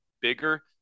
bigger